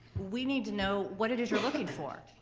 we need to know what it is you're looking for,